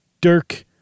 Dirk